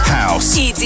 House